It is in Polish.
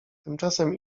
tymczasem